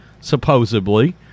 supposedly